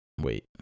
wait